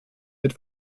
mit